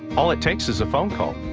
all it takes is a phone call.